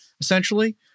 essentially